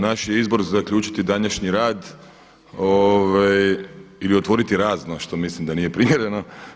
Naš je izbor zaključiti današnji rad ili otvoriti razno što mislim da nije primjereno.